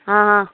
आं हा